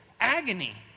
agony